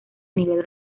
nivel